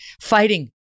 fighting